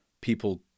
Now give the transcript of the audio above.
people